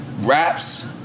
Raps